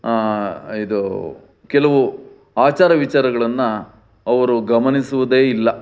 ಇದು ಕೆಲವು ಆಚಾರ ವಿಚಾರಗಳನ್ನು ಅವರು ಗಮನಿಸುವುದೇ ಇಲ್ಲ